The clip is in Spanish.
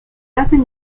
hacen